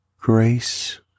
grace